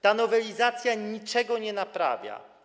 Ta nowelizacja niczego nie naprawia.